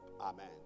Amen